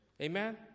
Amen